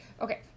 Okay